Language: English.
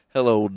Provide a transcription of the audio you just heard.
Hello